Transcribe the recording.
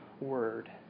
word